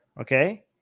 Okay